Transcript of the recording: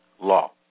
law